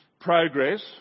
progress